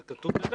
זה כתוב ב-(ד).